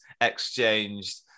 exchanged